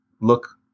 look